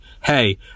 hey